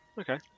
Okay